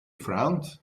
frowned